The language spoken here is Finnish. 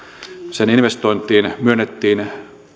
sen investointiin myönnettiin